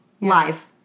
live